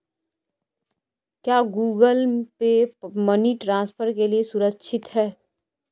क्या Google Pay money transfer के लिए सुरक्षित है?